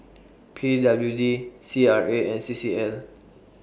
P W D C R A and C C L